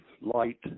light